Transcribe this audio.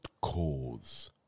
cause